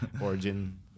origin